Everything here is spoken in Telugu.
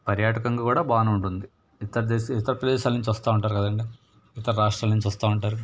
పర్యాటకంగా కూడా బాగానే ఉంటుంది ఇతర దేశ ఇతర ప్రదేశాల నుంచి వస్తూ ఉంటారు కదండీ ఇతర రాష్ట్రాల నుంచి వస్తూ ఉంటారు